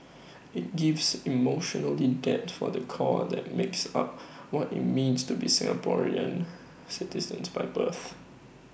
IT gives emotional depth for the core that makes up what IT means to be Singaporean citizens by birth